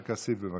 עופר כסיף, בבקשה.